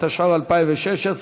התשע"ו 2016,